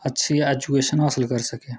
अच्छी ऐजुकेशन हासिल करी सकै